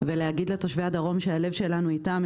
ולהגיד לתושבי הדרום שהלב שלנו איתם.